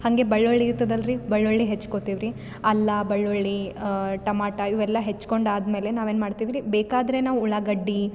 ಹಂಗೆ ಬಳ್ಳುಳ್ಳಿ ಇರ್ತದಲ್ರಿ ಬಳ್ಳುಳ್ಳಿ ಹೆಚ್ಕೋತೀವ್ರಿ ಅಲ್ಲ ಬಳ್ಳುಳ್ಳಿ ಟಮಾಟ ಇವೆಲ್ಲ ಹೆಚ್ಕೊಂಡು ಆದಮೇಲೆ ನಾವು ಏನು ಮಾಡ್ತಿವ್ರಿ ಬೇಕಾದರೆ ನಾವು ಉಳ್ಳಾಗಡ್ಡೆ